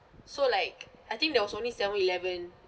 so like I think there was only seven-eleven